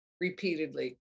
Repeatedly